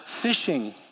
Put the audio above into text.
fishing